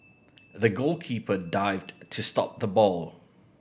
the goalkeeper dived to stop the ball